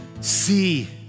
See